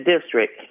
District